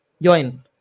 join